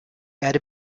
erde